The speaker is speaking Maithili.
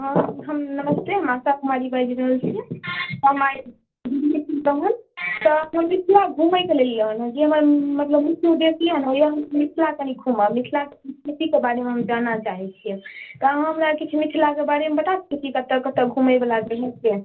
हॅं हम नमस्ते ममता कुमारी बाजि रहल छी हम आइ बिजली सिंह के बहन तऽ हम मिथिला घुमै के लेल एलियै हन जे हमर मतलब हम मिथिला कनी घूमब मिथिला के प्रकृति के बारेमे हम जानय चाहै छियै तैॅं अहाँ हमरा मिथिला के बारे मे किछु बता सकै छी कतय कतय घुमैबला छै